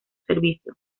servicio